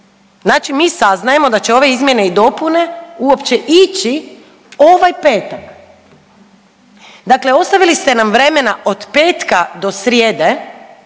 Znači mi saznajemo da će ove izmjene i dopune uopće ići ovaj petak. Dakle, ostavili ste nam vremena od petka do srijede